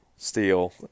steel